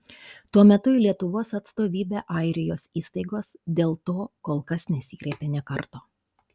tuo metu į lietuvos atstovybę airijos įstaigos dėl to kol kas nesikreipė nė karto